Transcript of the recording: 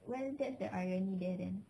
well that's the irony there then